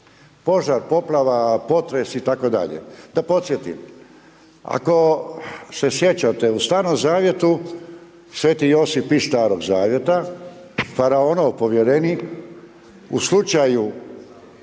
požar, poplava, potres itd. Da podsjetimo, ako se sjećate u Starom zavjetu sv. Josip iz Starog zavjeta faraonom povjerenik u slučaju